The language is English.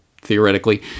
theoretically